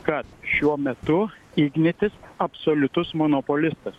kad šiuo metu ignitis absoliutus monopolistas